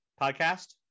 podcast